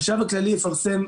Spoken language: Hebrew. החשב הכללי יפרסם,